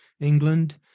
England